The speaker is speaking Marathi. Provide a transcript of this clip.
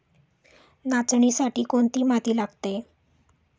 नाचणीसाठी कोणती माती लागते?